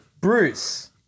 Bruce